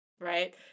Right